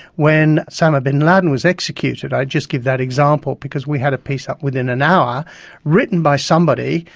when osama bin laden was executed, i just give that example because we had a piece up within an hour written by somebody,